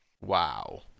Wow